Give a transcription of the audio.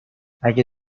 اگه